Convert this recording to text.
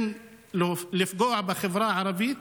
לפגוע בחברה הערבית,